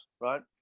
Right